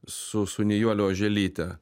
su su nijole oželyte